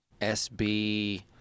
SB